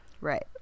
Right